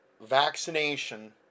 vaccination